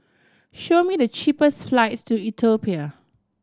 show me the cheapest flights to Ethiopia